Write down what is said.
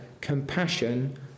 compassion